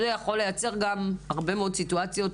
זה יכול לייצר גם הרבה מאוד סיטואציות